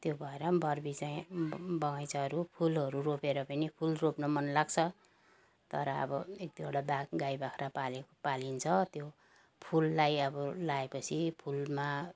त्यो भएर बोट बिरुवा बगैँचाहरू फुलहरू रोपेर पनि फुल रोप्न मन लाग्छ तर अब एक दुइवटा बा गाई बाख्रा पाल्यो पालिन्छ त्यो फुललाई अब लगाए पछि फुलमा